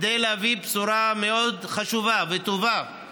כדי להביא בשורה מאוד חשובה וטובה על